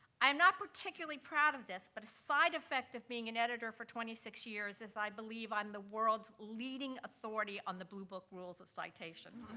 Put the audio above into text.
i am not particularly proud of this, but a side effect of being an editor for twenty six years is i believe i'm the world's leading authority on the bluebook rules of citation.